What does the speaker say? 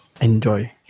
enjoy